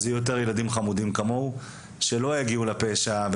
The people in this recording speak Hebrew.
אז יהיו יותר ילדים חמודים כמוהו שלא יגיעו לפשע,